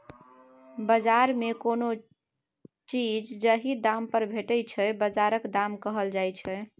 बजार मे कोनो चीज जाहि दाम पर भेटै छै बजारक दाम कहल जाइ छै